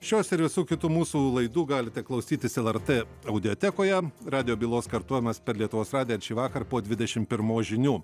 šios ir visų kitų mūsų laidų galite klausytis lrt audiotekoje radijo bylos kartojimas per lietuvos radiją šįvakar po dvidešimt pirmos žinių